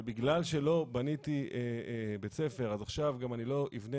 שבגלל שלא בניתי בית ספר אז עכשיו אני גם לא אבנה